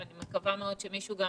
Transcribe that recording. אני מקווה מאוד שמישהו גם